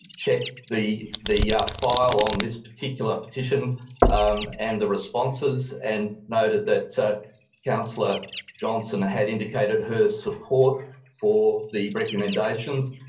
check the the yeah file on this particular petition and the responses and noted that councillor johnston had indicated her support for the recommendations.